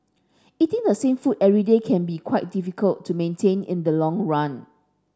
eating the same food every day can be quite difficult to maintain in the long run